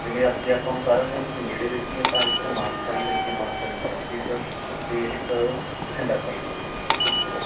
ਜਿਵੇਂ ਆਪ ਜੀ ਆਪਾਂ ਨੂੰ ਸਾਰਿਆਂ ਨਾਲੋਂ ਤੁਸੀਂ ਨੇੜੇ ਦੇਖਣੀ ਹੈ ਤਾਂ ਇੱਧਰ ਮਾਨਸਾ ਦੀ ਹੈਗੀ ਆ ਮਾਨਸਾ ਕੰਨੀ ਹੈਗੀ ਇੱਕ ਅਤੇ ਇੱਕ ਬਠਿੰਡਾ ਸਾਈਡ ਆ